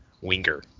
winger